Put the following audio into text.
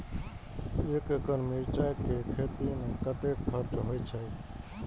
एक एकड़ मिरचाय के खेती में कतेक खर्च होय छै?